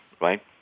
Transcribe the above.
right